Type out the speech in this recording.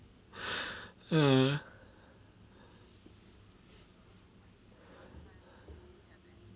mm